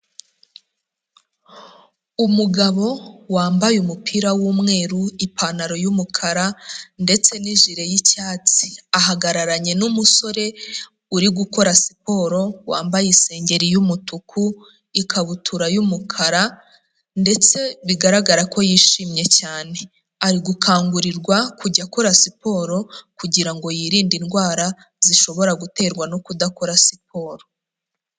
Umugabo wambaye umupira w'umweru, ipantaro y'umukara ndetse n'ijire y'icyatsi, ahagararanye n'umusore uri gukora siporo, wambaye isengeri y'umutuku, ikabutura y'umukara ndetse bigaragara ko yishimye cyane, ari gukangurirwa kujya akora siporo kugira ngo yirinde indwara zishobora guterwa no kudakora siporo.